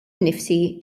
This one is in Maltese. nnifsi